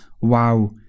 wow